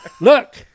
Look